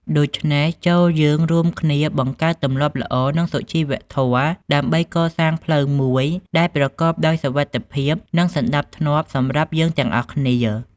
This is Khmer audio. ដូច្នេះ ចូរយើងរួមគ្នាបង្កើតទម្លាប់ល្អនិងសុជីវធម៌ ដើម្បីកសាងផ្លូវមួយដែលប្រកបដោយសុវត្ថិភាពនិងសណ្តាប់ធ្នាប់សម្រាប់យើងទាំងអស់គ្នា។